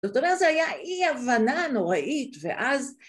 זאת אומרת זה היה אי הבנה נוראית ואז...